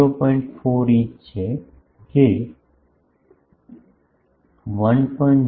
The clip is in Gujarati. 4 ઇંચ છે જે 1